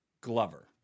Glover